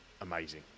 amazing